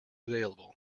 available